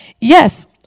Yes